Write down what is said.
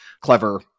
clever